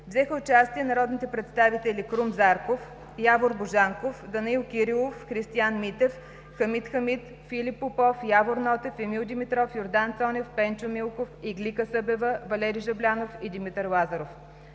взеха участие народните представители Крум Зарков, Явор Божанков, Данаил Кирилов, Христиан Митев, Хамид Хамид Филип Попов, Явор Нотев, Емил Димитров, Йордан Цонев, Пенчо Милков, Иглика Събева, Валери Жаблянов и Димитър Лазаров.